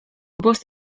bost